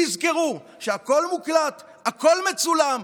תזכרו שהוכל מוקלט, הכול מצולם.